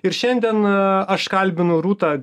ir šiandieną aš kalbinau rūtą